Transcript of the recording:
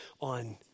on